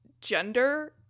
gender